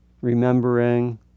remembering